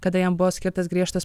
kada jam buvo skirtas griežtas